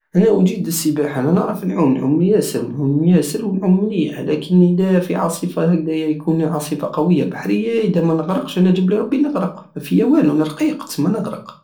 انا اجيد السباحة انا نعرف نعوم ياسر نعوم ياسر ونعوم مليح لكني ادا في عاصفة هكدايا يكون عاصفة قوية بحرية ادا منغرقش انا جابلي ربي نفرق انا مافية والو انا رقيق تسمى جابلي نغرق